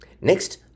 Next